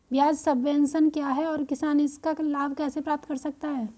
ब्याज सबवेंशन क्या है और किसान इसका लाभ कैसे प्राप्त कर सकता है?